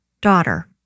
Daughter